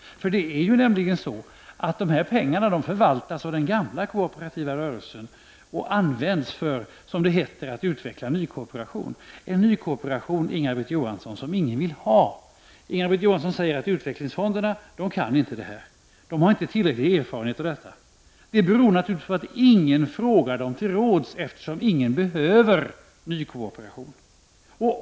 Dessa pengar förvaltas nämligen av den gamla kooperativa rörelsen och används för, som det heter, att utveckla nykooperation. Det är en nykooperation, Inga-Britt Johansson, som ingen vill ha. Inga-Britt Johansson säger att utvecklingsfonderna inte kan det här. De har inte tillräcklig erfarenhet av detta. Det beror naturligtvis på att ingen frågar dem till råds eftersom ingen behöver nykooperation.